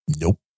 Nope